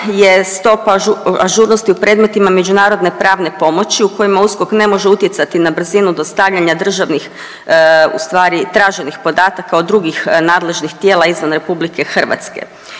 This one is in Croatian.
je stopa ažurnosti u predmetima međunarodne pravne pomoći u kojima USKOK ne može utjecati na brzinu dostavljanja državnih ustvari traženih podataka od drugih nadležnih tijela izvan RH.